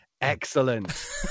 excellent